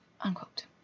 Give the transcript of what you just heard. unquote